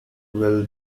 will